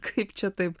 kaip čia taip